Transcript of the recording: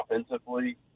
offensively